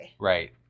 Right